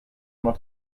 immer